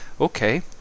Okay